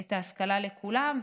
את ההשכלה לכולם,